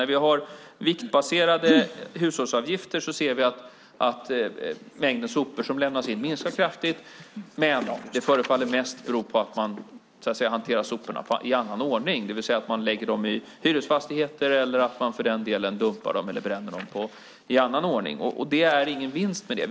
När vi har viktbaserade hushållsavgifter ser vi att mängden sopor som lämnas in minskar kraftigt, men det förefaller mest bero på att man hanterar soporna i annan ordning - lägger dem i hyresfastigheter, dumpar dem eller bränner dem i annan ordning. Det är ingen vinst med det.